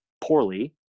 poorly